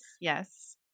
Yes